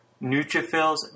neutrophils